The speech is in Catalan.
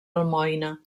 almoina